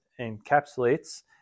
encapsulates